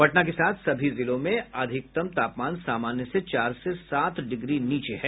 पटना के साथ सभी जिलों में अधिकतम तापमान सामान्य से चार से सात डिग्री नीचे है